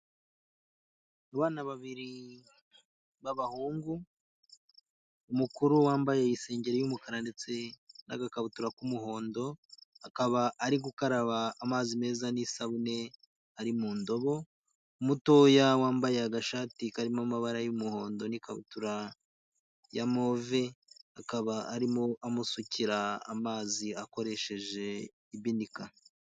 Abana babiri b'abahungu, umukuru wambaye isengeri y'umukara ndetse n'agakabutura k'umuhondo akaba ari gukaraba amazi meza n'isabune ari mu ndobo, umutoya wambaye agashati karimo amabara y'umuhondo n'ikabutura ya move akaba arimo amusukira amazi akoresheje ibinika.